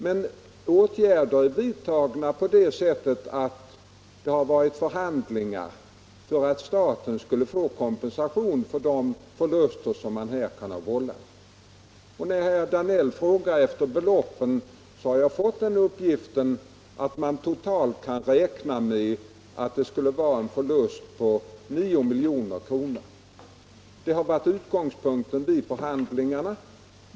De åtgärder som vidtagits är förhandlingar för att staten skulle få kompensation för de förluster som kan ha vållats. Herr Danell frågar efter beloppen, och jag har fått den uppgiften att man totalt kan räkna med en förlust på 9 milj.kr. Det — Nr 44 har varit utgångspunkten vid förhandlingarna.